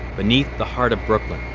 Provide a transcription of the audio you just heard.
beneath the heart of brooklyn